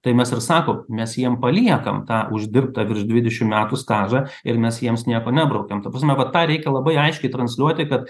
tai mes ir sakom mes jiem paliekam tą uždirbtą virš dvidešim metų stažą ir mes jiems nieko nebraukiam ta prasme va tą reikia labai aiškiai transliuoti kad